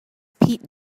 pete